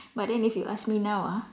but then if you ask me now ah